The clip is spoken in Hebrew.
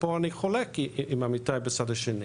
ופה אני חולק עם עמיתי בצד השני.